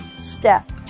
step